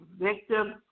victim